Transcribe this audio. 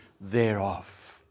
thereof